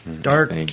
Dark